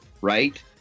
right